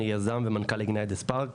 אני יזם ומנכ"ל Ignite the spark חל"צ,